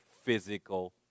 physical